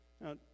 Now